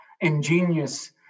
ingenious